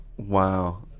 Wow